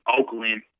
Oakland